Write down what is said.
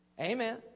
amen